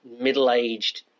middle-aged